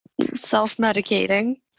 Self-medicating